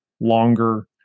longer